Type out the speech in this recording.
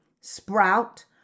sprout